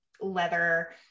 leather